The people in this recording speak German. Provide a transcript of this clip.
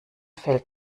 fällt